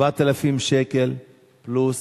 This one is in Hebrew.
4,000 שקל פלוס,